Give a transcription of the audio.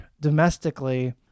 domestically